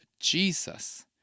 Jesus